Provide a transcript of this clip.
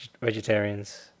vegetarians